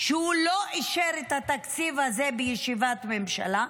הוא לא אישר את התקציב הזה בישיבת ממשלה,